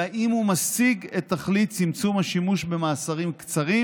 ואם הוא משיג את תכלית צמצום השימוש במאסרים קצרים